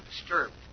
disturbed